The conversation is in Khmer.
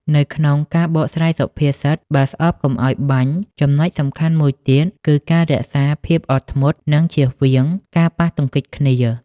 នៅក្នុងការបកស្រាយសុភាសិត "បើស្អប់កុំឲ្យបាញ់" ចំណុចសំខាន់មួយទៀតគឺការរក្សាភាពអត់ធ្មត់ និងជៀសវាងការប៉ះទង្គិចគ្នា។